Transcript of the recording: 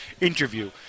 interview